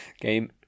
game